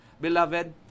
Beloved